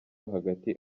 hagati